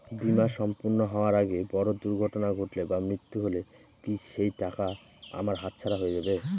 বীমা সম্পূর্ণ হওয়ার আগে বড় দুর্ঘটনা ঘটলে বা মৃত্যু হলে কি সেইটাকা আমার হাতছাড়া হয়ে যাবে?